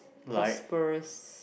prosperous